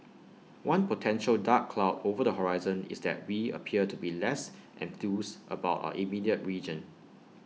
one potential dark cloud over the horizon is that we appear to be less enthused about our immediate region